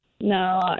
No